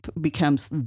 becomes